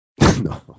No